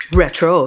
retro